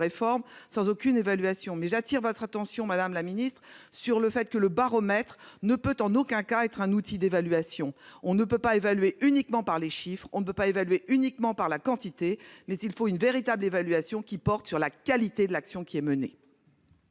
réformes sans aucune évaluation mais j'attire votre attention, madame la Ministre sur le fait que le baromètre ne peut en aucun cas être un outil d'évaluation, on ne peut pas évaluer uniquement par les chiffres, on ne peut pas évaluer uniquement par la quantité mais il faut une véritable évaluation qui porte sur la qualité de l'action qui est menée.